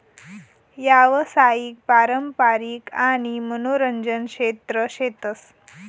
यावसायिक, पारंपारिक आणि मनोरंजन क्षेत्र शेतस